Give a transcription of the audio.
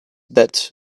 that